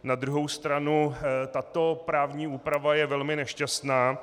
Na druhou stranu tato právní úprava je velmi nešťastná.